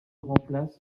remplace